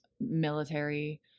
military